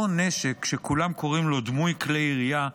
אותו נשק, שכולם קוראים לו "דמוי כלי ירייה",